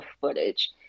footage